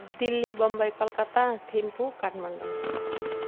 Delhi Bombay Calcutta Thimphu Kathmandu